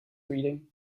reading